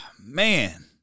Man